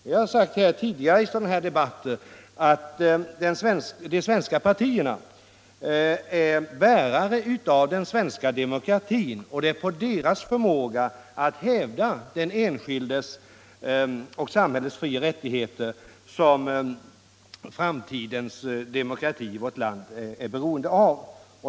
Vi har sagt tidigare i sådana här debatter att de svenska partierna är bärare av den svenska demokratin och att det är på deras förmåga att hävda den enskildes och samhällets frioch rättigheter som framtidens demokrati i vårt land beror.